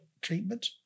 treatment